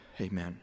Amen